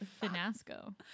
finasco